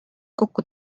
kokku